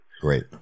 Great